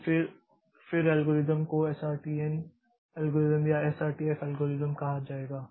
तो फिर एल्गोरिथ्म को एसआरटीएन एल्गोरिथम या एसआरटीएफ एल्गोरिथम कहा जाएगा